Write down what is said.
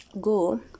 Go